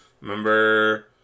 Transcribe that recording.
remember